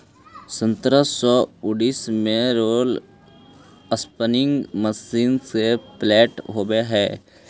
सत्रह सौ अड़तीस में रोलर स्पीनिंग मशीन के पेटेंट होले हलई